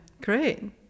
great